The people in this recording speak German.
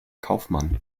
kaufmann